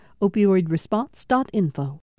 Opioidresponse.info